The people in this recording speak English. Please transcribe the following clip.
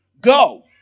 go